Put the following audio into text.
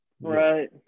right